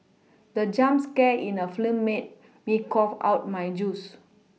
the jump scare in the film made me cough out my juice